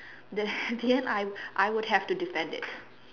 then in the end I I would have to defend it